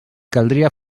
caldria